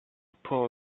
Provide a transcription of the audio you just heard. pull